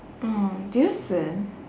oh do you swim